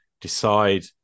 decide